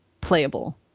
playable